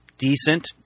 Decent